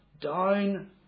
down